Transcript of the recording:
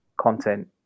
content